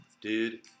Dude